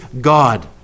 God